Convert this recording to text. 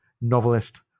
novelist